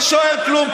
לא שואל כלום.